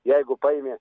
jeigu paėmė